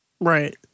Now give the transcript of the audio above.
Right